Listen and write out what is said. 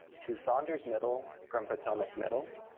to saunders middle from potomac middle,